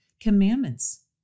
Commandments